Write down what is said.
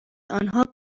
آنها